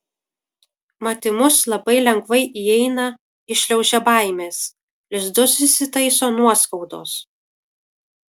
mat į mus labai lengvai įeina įšliaužia baimės lizdus įsitaiso nuoskaudos